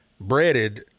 breaded